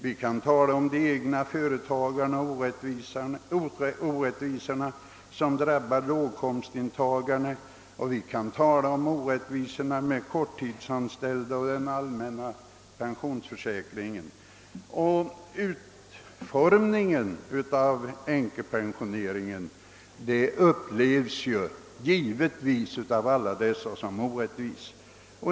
Vi kan peka på de egna företagarna och de orättvisor som drabbar låginkomsttagarna, och vi kan peka på orättvisorna med korttidsanställda och den allmänna pensionsförsäkringen. upplevs givetvis av alla berörda som orättvis.